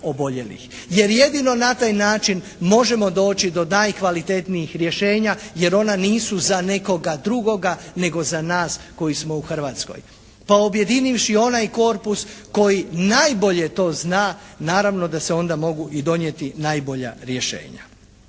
jer jedino na taj način možemo doći do najkvalitetnijih rješenja jer ona nisu za nekoga drugoga nego za nas koji smo u Hrvatskoj. Pa objedinivši onaj korpus koji najbolje to zna, naravno da se onda mogu i donijeti najbolja rješenja.